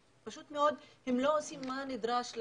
פשוט מאוד הם לא עושים מה שנדרש לעשות.